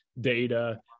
data